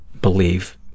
believe